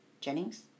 Jennings